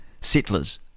Settlers